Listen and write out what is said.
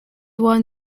won